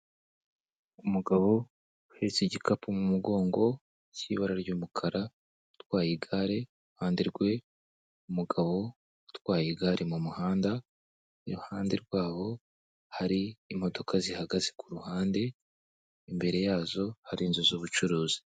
Umugabo uhetse igikapu mu mugongo cy'ibara ry'umukara utwaye igare. Iruhande rwe umugabo utwaye igare mu muhanda. Iruhande rwabo hari imodoka zihagaze kuruhande. Imbere yazo hari inzu z'ubucuruzi.